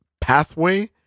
pathway